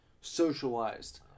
socialized